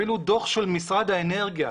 אפילו דו"ח של משרד האנרגיה,